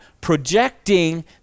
projecting